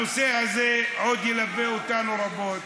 הנושא הזה עוד ילווה אותנו רבות.